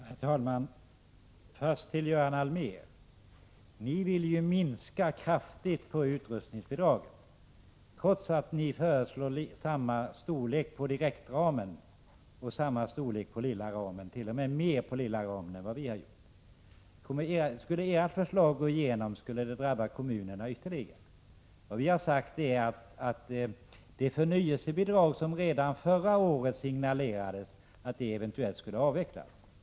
Herr talman! Jag vänder mig först till Göran Allmér. Ni vill ju kraftigt minska utrustningsbidraget, trots att ni föreslår samma storlek som vi på direktramen och på lilla ramen — ja, ni föreslår t.o.m. fler platser inom lilla ramen än vad vi gör. Skulle era förslag gå igenom skulle det drabba kommunerna ytterligare. Vi har sagt följande. Det signalerades redan förra året att förnyelsebidraget skulle avvecklas.